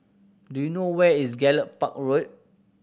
do you know where is Gallop Park Road